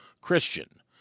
Christian